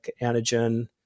antigen